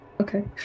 Okay